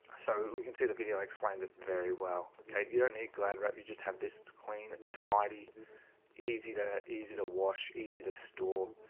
so we can see the video i explained it very well, okay, you don't need glad right. you just have this it's clean it's tidy easy too easy to wash easy to store,